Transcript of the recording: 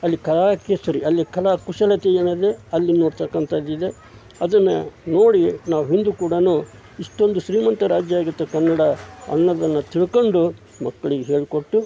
ಅಲ್ಲಿ ಕಲಾಕೇಸರಿ ಅಲ್ಲಿ ಕಲಾ ಕುಶಲತೆ ಏನಿದೆ ಅಲ್ಲಿ ನೋಡ್ತಕ್ಕಂಥದ್ದಿದೆ ಅದನ್ನು ನೋಡಿ ನಾವು ಹಿಂದೆ ಕೂಡನೂ ಇಷ್ಟೊಂದು ಶ್ರೀಮಂತ ರಾಜ್ಯ ಆಗಿತ್ತು ಕನ್ನಡ ಅನ್ನೋದನ್ನು ತಿಳ್ಕೊಂಡು ಮಕ್ಳಿಗೆ ಹೇಳಿಕೊಟ್ಟು